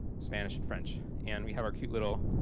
spanish and french. and we have our cute little